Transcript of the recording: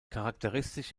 charakteristisch